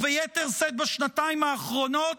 וביתר שאת בשנתיים האחרונות,